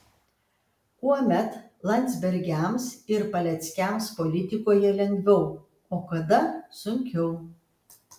kuomet landsbergiams ir paleckiams politikoje lengviau o kada sunkiau